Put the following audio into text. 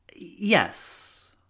yes